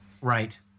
Right